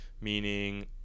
meaning